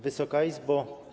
Wysoka Izbo!